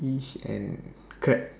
fish and crab